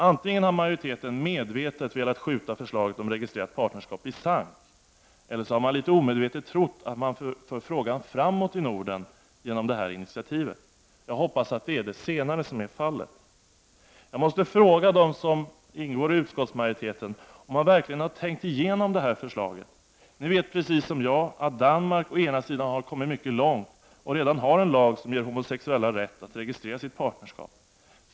Antingen har majoriteten medvetet velat skjuta förslaget om registrerat partnerskap i sank eller så har man litet omedvetet trott att man för frågan framåt i Norden genom detta initiativ. Jag hoppas att det är det senare som är fallet. Jag måste fråga dem som ingår i utskottsmajoriteten om de verkligen har tänkt igenom detta förslag. Ni vet precis som jag att Danmark å ena sidan har kommit mycket långt och redan har en lag som ger homosexuella rätt att registrera sitt partnerskap.